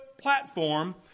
platform